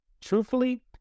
truthfully